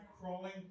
crawling